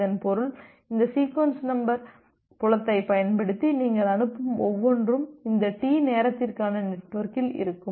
இதன் பொருள் இந்த சீக்வென்ஸ் நம்பர் புலத்தைப் பயன்படுத்தி நீங்கள் அனுப்பும் ஒவ்வொன்றும் இந்த டி நேரத்திற்கான நெட்வொர்க்கில் இருக்கும்